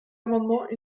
amendement